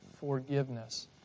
Forgiveness